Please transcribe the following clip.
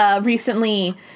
recently